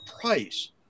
price